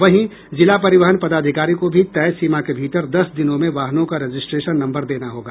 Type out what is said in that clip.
वहीं जिला परिवहन पदाधिकारी को भी तय सीमा के भीतर दस दिनों में वाहनों का रजिस्ट्रेशन नम्बर देना होगा